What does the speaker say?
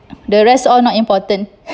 the rest all not important